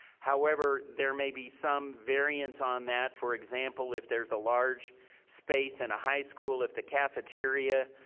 however, there may be some variants on that. for example, if there's a large space in a high school, if the cafeteria,